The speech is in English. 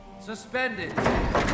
suspended